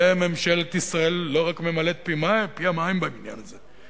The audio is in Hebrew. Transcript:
וממשלת ישראל לא רק ממלאת פיה מים בעניין הזה,